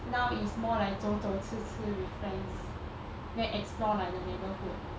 now it's more like 走走吃吃 with friends then explore like the neighborhood